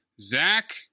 Zach